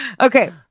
Okay